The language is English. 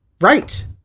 Right